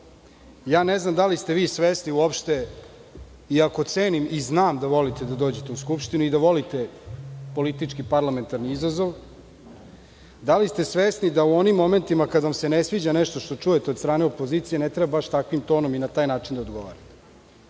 znam da li ste svesni uopšte, iako cenim i znam da volite da dođete u Skupštinu, da volite politički parlamentarni izazov, da li ste svesni da u onim momentima kada vam se ne sviđa nešto što čujete od strane opozicije, ne treba baš takvim tonom i na taj način da odgovorite.